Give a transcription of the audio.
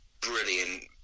brilliant